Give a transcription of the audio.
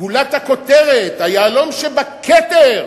גולת הכותרת, היהלום שבכתר